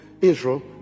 Israel